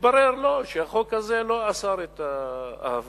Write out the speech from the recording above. מתברר שהחוק הזה לא אסר את האהבה